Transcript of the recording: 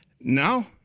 No